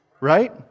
Right